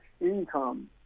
income